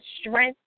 strength